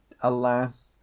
alas